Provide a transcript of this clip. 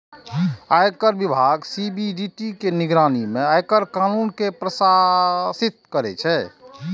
आयकर विभाग सी.बी.डी.टी के निगरानी मे आयकर कानून कें प्रशासित करै छै